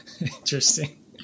Interesting